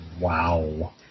Wow